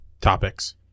topics